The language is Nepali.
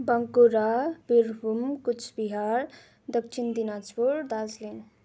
बाँकुरा वीरभूम कुचबिहार दक्षिण दिनाजपुर दार्जिलिङ